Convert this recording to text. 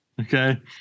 Okay